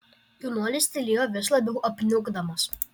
jaunuolis tylėjo vis labiau apniukdamas